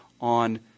on